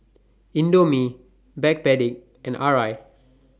Indomie Backpedic and Arai